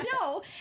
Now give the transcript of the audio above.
no